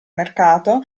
mercato